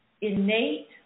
innate